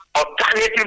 alternative